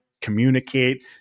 communicate